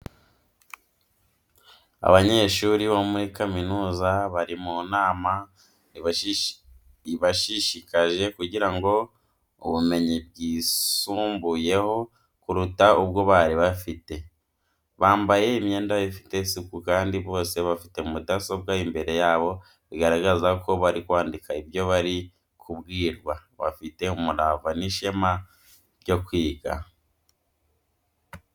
Abanyeshuri bo muri kaminuza bari mu nama ibashishikaje kugira ubumenyi bwisumbuyeho kuruta ubwo bari bafite, bambaye imyenda ifite isuku kandi bose bafite mudasobwa imbere yabo, bigaragara ko bari kwandika ibyo bari kubwirwa, bafite umurava n'ishema ryo kwiga.